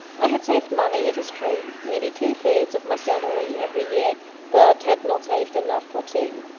i had saved money, it is true nearly two-thirds of my salary, every year but had not saved enough for two.